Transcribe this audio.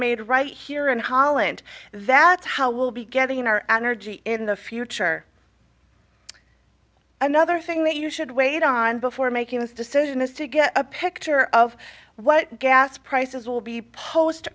made right here in holland that's how we'll be getting our energy in the future another thing that you should wait on before making this decision is to get a picture of what gas prices will be post